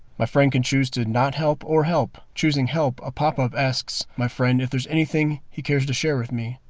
my friend can choose to not help or help. choosing help a pop-up asks my friend if there's anything he cares to share with me.